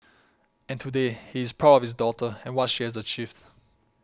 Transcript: and today he is proud of his daughter and what she has achieved